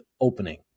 opening